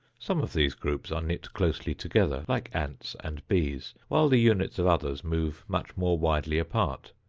some of these groups are knit closely together like ants and bees, while the units of others move much more widely apart.